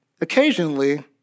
occasionally